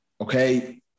okay